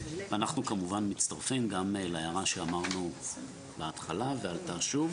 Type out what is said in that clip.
אנחנו כמובן מצטרפים גם להערה שאמרנו בהתחלה ועלתה שוב